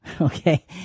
Okay